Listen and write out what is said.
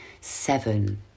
Seven